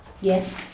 Yes